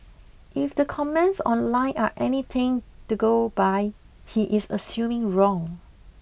if the comments online are anything to go by he is assuming wrong